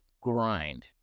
grind